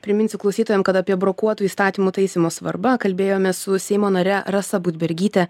priminsiu klausytojam kad apie brokuotų įstatymų taisymo svarbą kalbėjomės su seimo nare rasa budbergyte